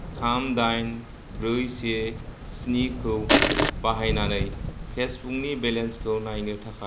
थाम दाइन ब्रै से स्नि खौ बाहायनानै पासबकनि बेलेन्सखौ नायनो थाखाय